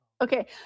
Okay